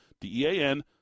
D-E-A-N